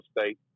State